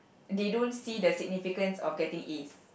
they don't see the significance of getting As